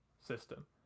system